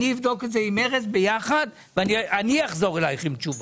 אני אבדוק את זה עם ארז ביחד ואני אחזור אליך עם תשובה.